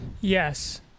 Yes